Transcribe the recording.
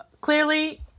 Clearly